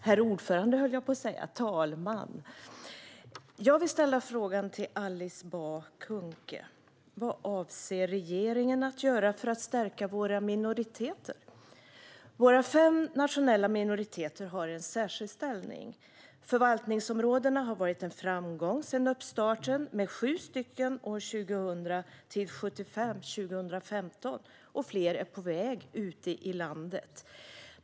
Herr talman! Jag vill ställa en fråga till Alice Bah Kuhnke. Vad avser regeringen att göra för att stärka våra minoriteter? Våra fem nationella minoriteter har en särskild ställning. Förvaltningsområdena har varit en framgång sedan uppstarten, från 7 år 2000 till 75 år 2015. Och fler är på väg ute i landet.